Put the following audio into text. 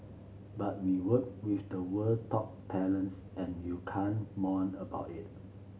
but we work with the world top talents and you can't moan about it